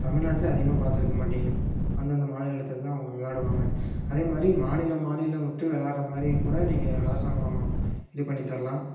தமிழ்நாட்டில் அதிகமாக பார்த்துருக்க மாட்டீங்க அந்த அந்த மாநிலத்தில் தான் அவங்க விளாடுவாங்க அதே மாதிரி மாநிலம் மாநிலம் விட்டு வெளாடுற மாதிரியும் கூட நீங்கள் அரசாங்கம் இது பண்ணி தரலாம்